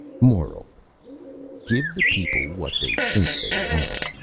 moral give the people what they think they want.